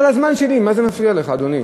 אורי,